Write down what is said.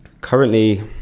currently